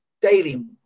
daily